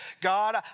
God